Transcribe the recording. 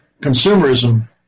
consumerism